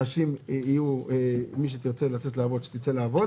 הנשים מי שתרצה לצאת לעבוד תצא לעבוד.